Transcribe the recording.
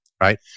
right